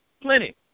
plenty